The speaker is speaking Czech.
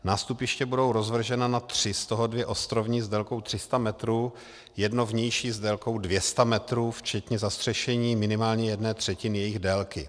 Nástupiště budou rozvržena na tři, z toho dvě ostrovní s délkou 300 metrů, jedno vnější s délkou 200 metrů včetně zastřešení minimálně jedné třetiny jejich délky.